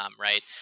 right